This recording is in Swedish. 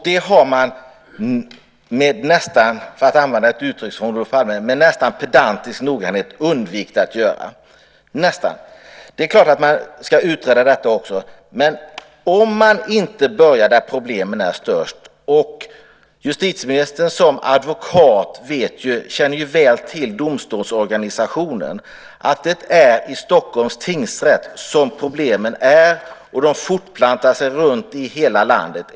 Det har man, för att använda ett uttryck från Olof Palme, med nästan pedantisk noggrannhet undvikit att göra - nästan. Det är klart att man ska utreda detta också, men man bör börja där problemen är störst. Justitieministern som är advokat känner ju väl till domstolsorganisationen. Det är i Stockholms tingsrätt som problemen finns, och de fortplantar sig runt i hela landet.